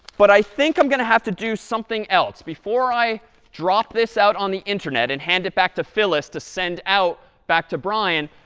but i think i'm going to have to do something else. before i drop this out on the internet and hand it back to phyllis to send out back to brian,